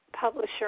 publisher